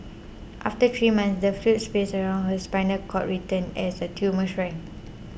after three months the fluid space around her spinal cord returned as the tumour shrank